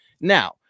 Now